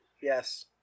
yes